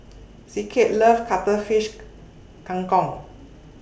Zeke loves Cuttlefish Kang Kong